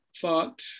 thought